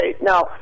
now